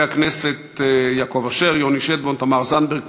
הצעות דחופות לסדר-היום מס' 3901,